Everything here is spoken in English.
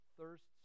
thirsts